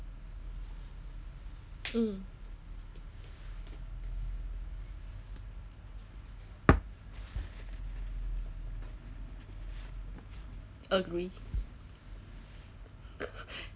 mm agree